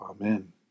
Amen